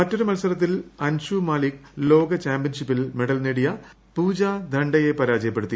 മറ്റൊരു മത്സരത്തിൽ അൻഷു മാലിക് ലോക ചാമ്പ്യൻഷിപ്പിൽ മെഡൽ നേടിയ പൂജ ധണ്ടയെ പരാജയപ്പെടുത്തി